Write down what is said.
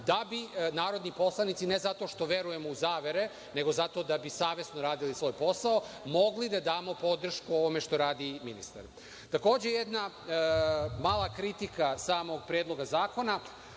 da bi narodni poslanici, ne zato što verujemo u zavere, nego zato da bi savesno radili svoje posao, mogli da damo podršku ovome što radi ministar. Takođe, jedna mala kritika samog Predloga zakona.